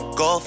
go